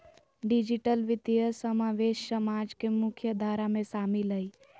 digital वित्तीय समावेश समाज के मुख्य धारा में शामिल हइ